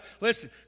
listen